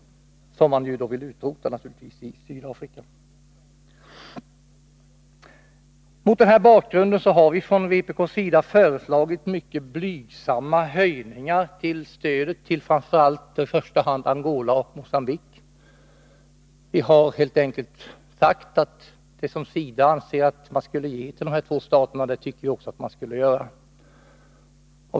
Man vill naturligtvis utrota den i Sydafrika. Mot den här bakgrunden har vi från vpk:s sida föreslagit mycket blygsamma höjningar av stödet till i första hand Angola och Mogambique. Vi har helt enkelt sagt att det som SIDA anser att man skall ge till de två staterna tycker vi också att man skall ge.